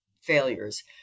Failures